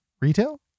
Retail